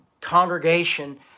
congregation